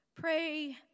pray